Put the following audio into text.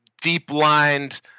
deep-lined